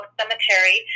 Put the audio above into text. cemetery